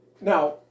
Now